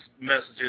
messages